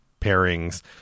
pairings